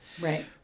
right